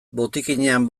botikinean